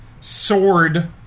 Sword